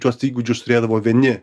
tuos įgūdžius turėdavo vieni